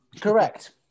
Correct